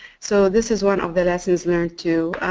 so this is one of the lessons learned too.